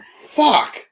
Fuck